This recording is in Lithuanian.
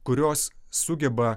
kurios sugeba